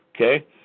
Okay